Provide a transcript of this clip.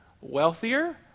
wealthier